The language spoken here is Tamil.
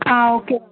ஆ ஓகே